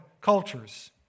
cultures